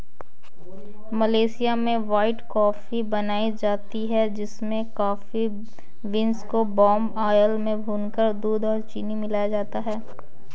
Malaysia में white coffee बनाई जाती है जिसमें कॉफी बींस को पाम आयल में भूनकर दूध और चीनी मिलाया जाता है